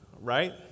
right